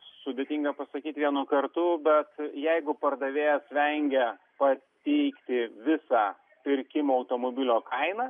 sudėtinga pasakyti vienu kartu bet jeigu pardavėjas vengia pateikti visą pirkimo automobilio kainą